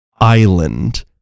island